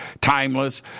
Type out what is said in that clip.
Timeless